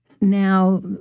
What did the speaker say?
now